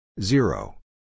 Zero